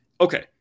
Okay